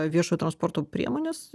viešojo transporto priemones